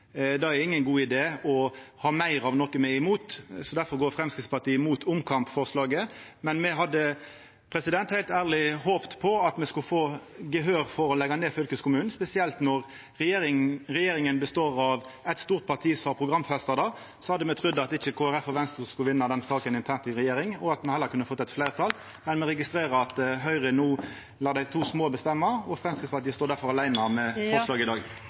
Det er ingen god idé å ha meir av noko me er imot, difor går Framstegspartiet imot omkampforslaget. Me hadde heilt ærleg håpt på at me skulle få gehør for å leggja ned fylkeskommunen. Spesielt når regjeringa m.a. består av eit stort parti som har programfesta det, hadde me ikkje trudd at Kristeleg Folkeparti og Venstre skulle vinna den saka internt i regjeringa, og at me kunne fått eit fleirtal, men me ser at Høgre no lar dei to små bestemma, og Framstegspartiet står difor åleine om forslaget i dag.